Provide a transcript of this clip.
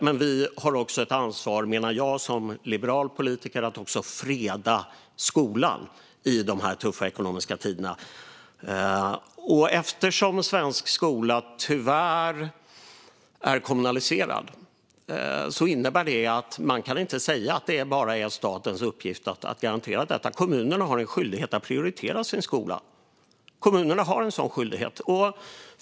Men vi har också ett ansvar, menar jag som liberal politiker, att freda skolan i dessa ekonomiskt tuffa tider. Eftersom svensk skola tyvärr är kommunaliserad innebär det att man inte kan säga att det bara är statens uppgift att garantera detta. Kommunerna har en skyldighet att prioritera sin skola. Kommunerna har en sådan skyldighet.